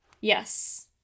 yes